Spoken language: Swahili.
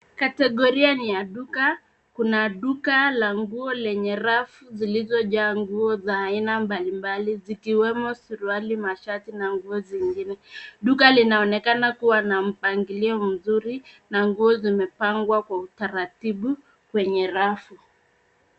Kategoria ni ya duka. Kuna duka la nguo lenye rafu zilizojaa nguo za aina mbalimbali zikiwemo suruali, mashati na nguo zingine. Duka linaonekana kuwa na mpangilio mzuri na nguo zimepangwa kwa utaratibu kwenye rafu.